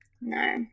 No